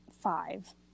Five